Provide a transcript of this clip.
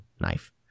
knife